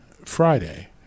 Friday